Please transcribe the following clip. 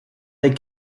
les